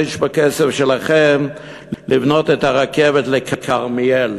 בכסף שלכם לבנות את הרכבת לכרמיאל.